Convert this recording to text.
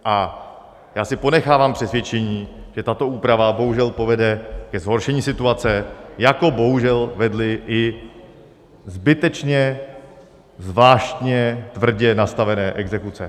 A já si ponechávám přesvědčení, že tato úprava bohužel povede ke zhoršení situace, jako bohužel vedly i zbytečně, zvláštně, tvrdě nastavené exekuce.